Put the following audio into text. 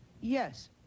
Yes